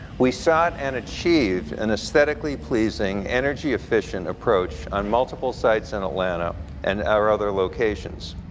we sought and achieved an aesthetically pleasing, energy efficient approach on multiple sites in atlanta and our other locations.